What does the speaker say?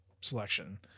selection